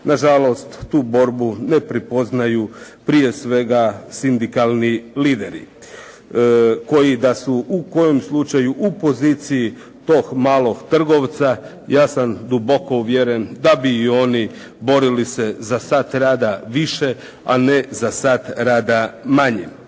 Na žalost, tu borbu ne prepoznaju prije svega sindikalni lideri koji da su u kojem slučaju u poziciji tog malog trgovca, ja sam duboko uvjeren da bi i oni borili se za sat rada više, a ne za sat rada manje.